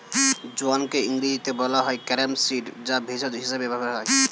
জোয়ানকে ইংরেজিতে বলা হয় ক্যারাম সিড যা ভেষজ হিসেবে ব্যবহৃত হয়